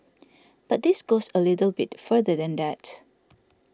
but this goes a little bit further than that